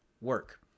work